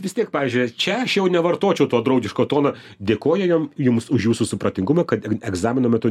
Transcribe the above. vis tiek pavyzdžiui čia aš jau nevartočiau to draugiško tono dėkoju jum jums už jūsų supratingumą kad egzamino metu